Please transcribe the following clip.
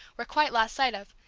were quite lost sight of,